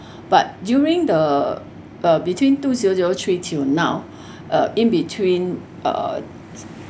but during the uh between two zero zero three till now uh in between uh